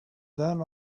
then